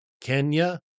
Kenya